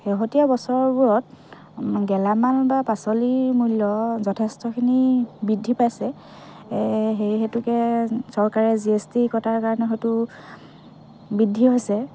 শেহতীয়া বছৰবোৰত গেলামাল বা পাচলিৰ মূল্য যথেষ্টখিনি বৃদ্ধি পাইছে সেই হেতুকে চৰকাৰে জি এচ টি কটাৰ কাৰণে হয়তো বৃদ্ধি হৈছে